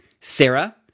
Sarah